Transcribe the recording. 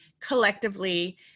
collectively